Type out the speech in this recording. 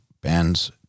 bands